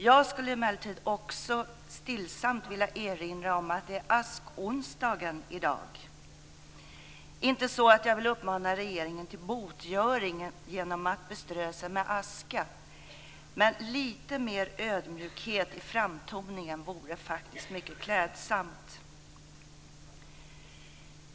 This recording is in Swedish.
Jag skulle emellertid också stillsamt vilja erinra om att det också är askonsdagen i dag. Det är inte så att jag vill uppmana regeringen till botgöring genom att beströ sig med aska, men lite mer ödmjukhet i framtoningen vore faktiskt mycket klädsamt.